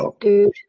dude